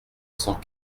cent